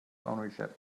ownership